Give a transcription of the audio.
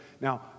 now